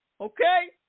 Okay